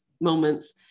moments